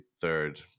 third